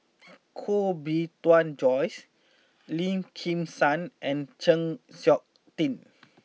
Koh Bee Tuan Joyce Lim Kim San and Chng Seok Tin